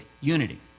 unity